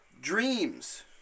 Dreams